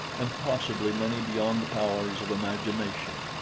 and possibly many beyond the powers of imagination.